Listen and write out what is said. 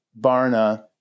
Barna